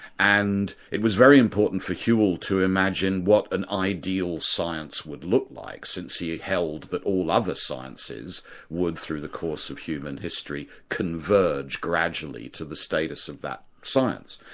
and it was very important for whewell to imagine what an ideal science would look like, since he had ah held that all other sciences would, through the course of human history, converge gradually to the status of that science.